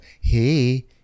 hey